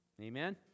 amen